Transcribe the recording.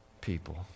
people